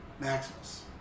Maximus